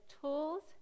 tools